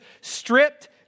stripped